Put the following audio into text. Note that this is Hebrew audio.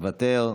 מוותר.